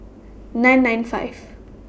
nine nine five